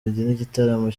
n’igitaramo